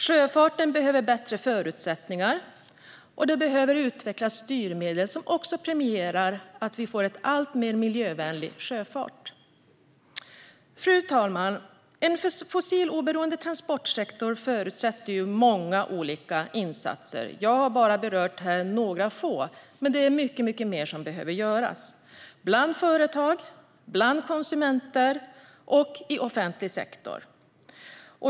Sjöfarten behöver bättre förutsättningar, och det behöver utvecklas styrmedel som premierar att vi får en alltmer miljövänlig sjöfart. Fru talman! En fossiloberoende transportsektor förutsätter många olika insatser, och jag har bara berört några få här. Mycket mer behöver göras bland företag, bland konsumenter och i offentlig sektor.